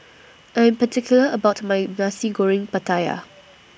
I'm particular about My Nasi Goreng Pattaya